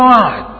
God